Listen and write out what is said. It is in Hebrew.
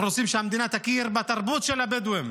אנחנו רוצים שהמדינה תכיר בתרבות של הבדואים,